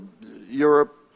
Europe